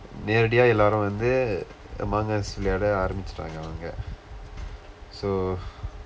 நேரடியா எல்லாரும் வந்து:neeradiyaa ellaarum vandthu among us விளையாட ஆரம்பிச்சிட்டாங்க அவங்க:vilayadaa aarambichsitdaangka avangka so